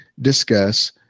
discuss